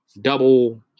Double